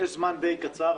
יש זמן די קצר,